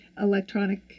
electronic